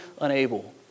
unable